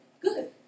Good